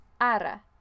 ARA